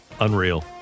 Unreal